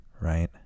Right